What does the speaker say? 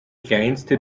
kleinste